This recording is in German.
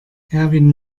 erwin